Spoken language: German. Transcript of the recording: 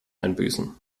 einbüßen